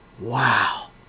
wow